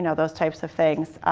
and those types of things.